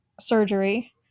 surgery